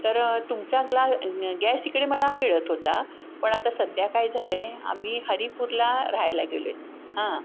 तर तुमचा ग्ला गॅस इकडे मला मिळत होता पण आता सध्या काय झालं आहे आम्ही हरीपुरला राहायला गेलो हां